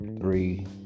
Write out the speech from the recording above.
three